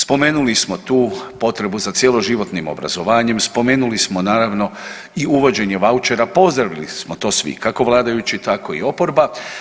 Spomenuli smo tu potrebu za cjeloživotnim obrazovanjem, spomenuli smo naravno i uvođenje vaučera, pozdravili smo to svi kako vladajući, tako i oporba.